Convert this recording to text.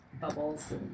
Bubbles